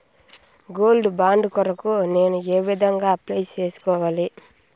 Gold bond కొరకు నేను ఏ విధంగా అప్లై సేసుకోవాలి?